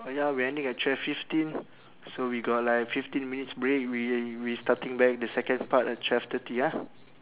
ya we ending at twelve fifteen so we got like fifteen minutes break we we starting back the second part at twelve thirty ah